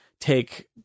take